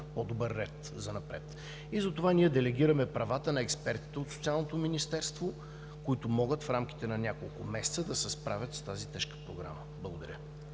по-добър ред занапред и затова ние делегираме правата на експертите от Социалното министерство, които могат в рамките на няколко месеца да се справят с тази тежка програма. Благодаря.